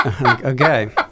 Okay